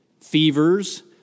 fevers